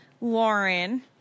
Lauren